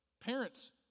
parents